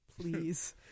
please